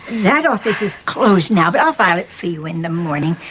that office is closed now, but i'll file it for you in the morning.